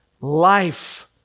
life